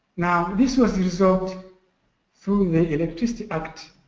now, this was the result through the electricity act,